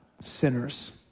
sinners